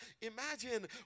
Imagine